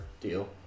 deal